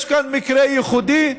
יש כאן מקרה ייחודי,